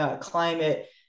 climate